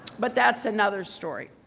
but that's another story.